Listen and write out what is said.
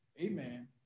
Amen